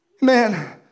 Man